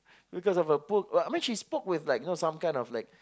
because of her poor but I mean she spoke with like you know some kind of like